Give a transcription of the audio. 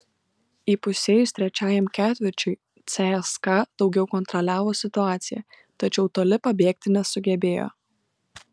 įpusėjus trečiajam ketvirčiui cska daugiau kontroliavo situaciją tačiau toli pabėgti nesugebėjo